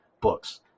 books